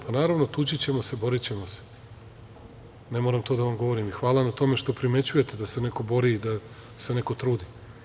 Naravno, tući ćemo se, borićemo se, ne moram to da vam govorim, hvala na tome što primećujete da se neko bori i da se neko trudi.